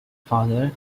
father